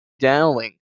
dowling